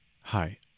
Hi